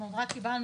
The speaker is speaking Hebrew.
אנחנו רק קיבלנו,